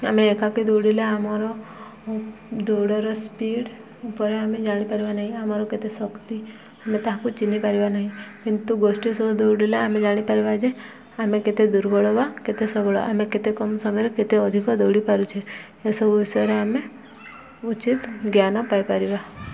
ଆମେ ଏକାକେ ଦୌଡ଼ିଲେ ଆମର ଦୌଡ଼ର ସ୍ପିଡ଼୍ ଉପରେ ଆମେ ଜାଣିପାରିବା ନାହିଁ ଆମର କେତେ ଶକ୍ତି ଆମେ ତାହାକୁ ଚିହ୍ନ ପାରିବା ନାହିଁ କିନ୍ତୁ ଗୋଷ୍ଠୀ ସବୁ ଦୌଡ଼ିଲେ ଆମେ ଜାଣିପାରିବା ଯେ ଆମେ କେତେ ଦୁର୍ବଳ ବା କେତେ ସବଳ ଆମେ କେତେ କମ୍ ସମୟରେ କେତେ ଅଧିକ ଦୌଡ଼ି ପାରୁଛେ ଏସବୁ ବିଷୟରେ ଆମେ ଉଚିତ ଜ୍ଞାନ ପାଇପାରିବା